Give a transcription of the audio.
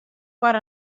foar